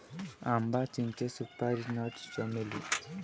आंबा, चिंचे, सुपारी नट, चमेली